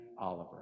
Oliver